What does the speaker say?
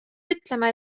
ütlema